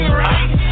right